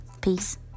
Peace